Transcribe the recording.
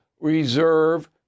reserve